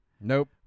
Nope